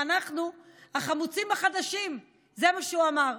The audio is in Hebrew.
אנחנו החמוצים החדשים, זה מה שהוא אמר.